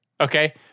Okay